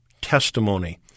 testimony